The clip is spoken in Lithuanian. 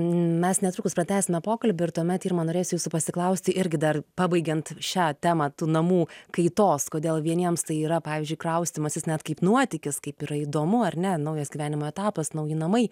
mes netrukus pratęsime pokalbį ir tuomet irma norėsiu jūsų pasiklausti irgi dar pabaigiant šią temą tų namų kaitos kodėl vieniems tai yra pavyzdžiui kraustymasis net kaip nuotykis kaip ir įdomu ar ne naujas gyvenimo etapas nauji namai